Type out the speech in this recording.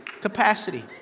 capacity